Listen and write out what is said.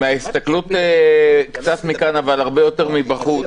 מההסתכלות, קצת מכאן אבל הרבה יותר מבחוץ,